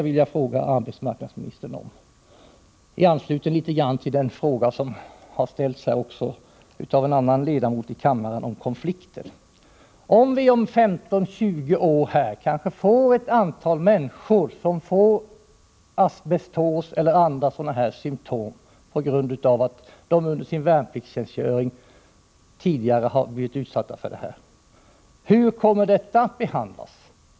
Jag vill — litet i anslutning till den fråga om konflikter som har ställts av en annan ledamot av kammaren — fråga arbetsmarknadsministern: Vad händer om vi om 15-20 år har ett antal människor som, på grund av att de under sin värnpliktstjänstgöring har blivit utsatta för asbest, har fått asbestos eller andra symtom? Hur kommer de att behandlas?